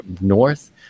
north